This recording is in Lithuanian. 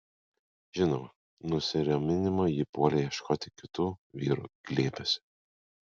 žinoma nusiraminimo ji puolė ieškoti kitų vyrų glėbiuose